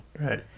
Right